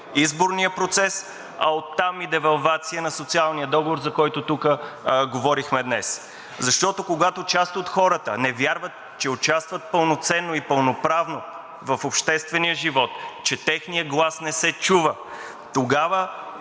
изборния процес, а оттам и девалвация на социалния договор, за който тук говорихме днес. Защото, когато част от хората не вярват, че участват пълноценно и пълноправно в обществения живот, че техният глас не се чува, това